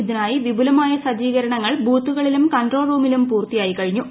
ഇതിനായി വിപുലമായ സജ്ജീകരണങ്ങൾ ബൂത്തുകളിലും കൺട്രോൾ റൂമിലും പൂർത്തിയായിക്കഴിഞ്ഞു